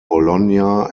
bologna